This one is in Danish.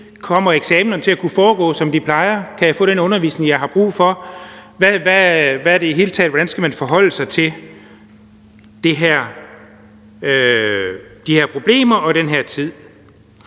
Kommer eksamener til at kunne foregå, som de plejer? Kan jeg få den undervisning, jeg har brug for? Hvordan skal man i det hele taget forholde sig til de her problemer og den her tid?